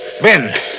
Ben